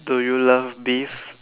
do you love beef